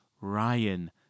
Ryan